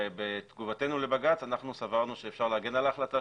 בתגובתנו לבג"ץ סברנו שאפשר להגן על ההחלטה,